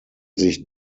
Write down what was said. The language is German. sich